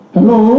Hello